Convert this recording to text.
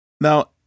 Now